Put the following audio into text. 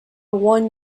one